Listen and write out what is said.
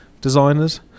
designers